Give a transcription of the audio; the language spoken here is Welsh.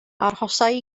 arhosai